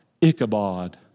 Ichabod